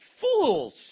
Fools